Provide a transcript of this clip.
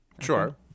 Sure